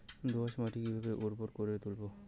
দোয়াস মাটি কিভাবে উর্বর করে তুলবো?